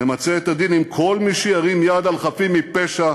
נמצה את הדין עם כל מי שירים יד על חפים מפשע,